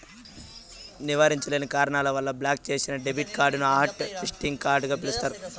నివారించలేని కారణాల వల్ల బ్లాక్ చేసిన డెబిట్ కార్డుని హాట్ లిస్టింగ్ కార్డుగ పిలుస్తారు